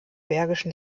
bergischen